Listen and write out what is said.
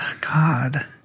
God